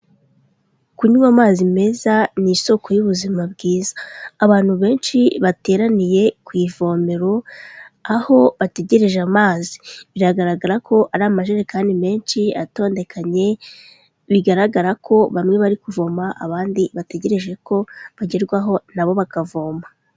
Kunywa amazi meza, ni isoko y'ubuzima bwiza. Abantu benshi bateraniye ku ivomero, aho bategereje amazi. Biragaragara ko ari amajerekani menshi atondekanye, bigaragara ko bamwe bari kuvoma, abandi bategereje ko bagerwaho, nabo bakavoma.